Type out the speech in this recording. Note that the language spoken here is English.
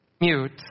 mute